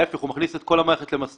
ההפך, הוא מכניס את כל המערכת למסלול